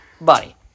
buddy